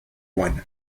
buena